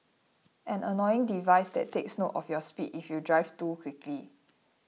an annoying device that takes note of your speed if you drive too quickly